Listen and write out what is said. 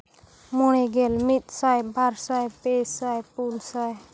ᱢᱚᱬᱮ ᱜᱮᱞ ᱢᱤᱫ ᱥᱟᱭ ᱵᱟᱨ ᱥᱟᱭ ᱯᱮ ᱥᱟᱭ ᱯᱩᱱ ᱥᱟᱭ